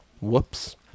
Whoops